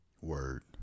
word